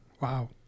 wow